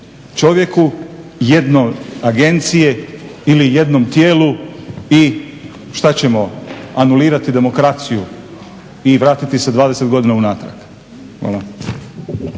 čovjeku, jednoj agenciji ili jednom tijelu. I šta ćemo, anulirati demokraciju i vratiti se 20 godina unatrag. Hvala.